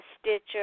Stitcher